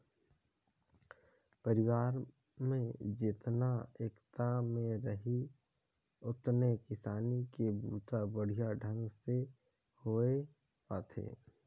परिवार में जेतना एकता में रहीं ओतने किसानी के बूता बड़िहा ढंग ले होये पाथे